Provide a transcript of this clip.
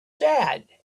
sad